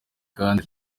kandi